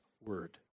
word